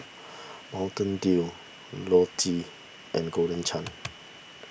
Mountain Dew Lotte and Golden Chance